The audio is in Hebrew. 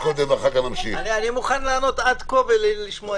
עד כה: